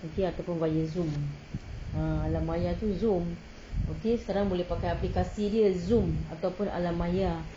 okay ah ataupun via zoom ah alam maya tu zoom okay sekarang boleh pakai aplikasi dia zoom ataupun alam maya